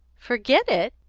forget it!